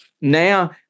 Now